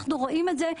אנחנו רואים את זה.